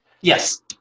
Yes